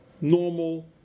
normal